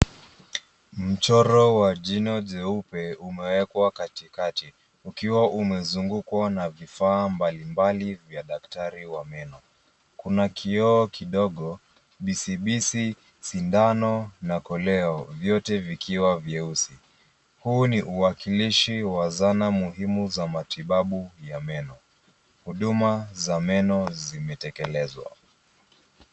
Mchoro wa jino jeupe umewekwa katikati ukiwa umezungukwa na vifaa mbalimbali vya daktari wa meno. Kuna kioo kidogo, bisibisi, sindano na koleo, vyote vikiwa vyeusi. Huu ni uwakilishi wa zana muhimu za matibabu ya meno. Huduma za meno zimetekelezwa.